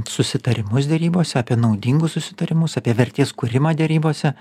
susitarimus derybose apie naudingus susitarimus apie vertės kūrimą derybose